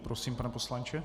Prosím, pane poslanče.